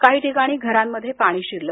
काही ठिकाणी घरांमध्ये पाणी शिरलं